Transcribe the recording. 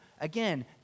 Again